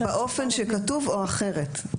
באופן שכתוב או אחרת?